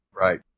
Right